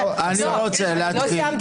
חד"ש-תע"ל לא נתקבלה.